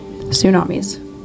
tsunamis